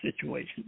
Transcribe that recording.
situation